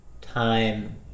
time